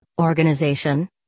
organization